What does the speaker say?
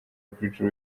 bridge